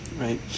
right